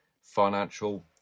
financial